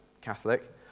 Catholic